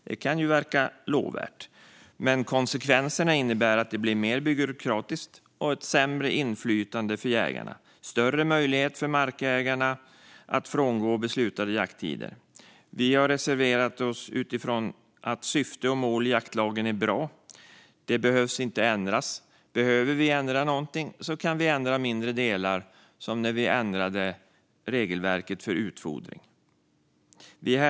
Detta kan ju verka lovvärt, men konsekvenserna att det blir mer byråkratiskt, att jägarna får sämre inflytande och att markägarna får större möjligheter att frångå beslutade jakttider. Vi har reserverat oss utifrån att syfte och mål i jaktlagen är bra och inte behöver ändras. Behöver vi ändra någonting kan vi ändra mindre delar, som när vi ändrade regelverket för utfodring.